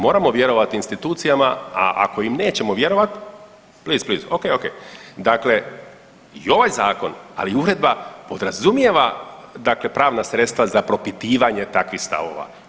Moramo vjerovati institucijama, a ako im nećemo vjerovati, please, please, ok, ok, dakle i ovaj Zakon, ali i Uredba podrazumijeva dakle pravna sredstva za propitivanje takvih stavova.